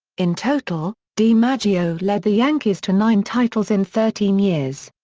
in total, dimaggio led the yankees to nine titles in thirteen years.